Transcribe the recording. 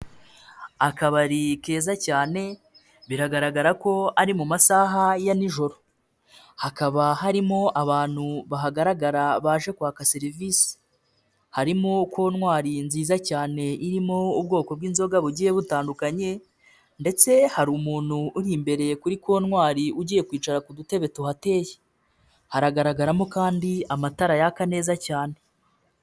Akabari keza cyane biragaragara ko ari mu masaha ya nijoro hakaba harimo abantu bahagaragara baje kwaka serivisi harimo kontwari nziza cyane irimo ubwoko bw'inzoga bugiye butandukanye ndetse hari umuntu uri imbereye kuri kontwairi ugiye kwicara ku dutebe tuhateye haragaragaramo kandi amatara yaka neza cyane.